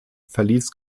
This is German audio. verließ